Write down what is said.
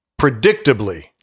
predictably